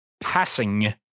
passing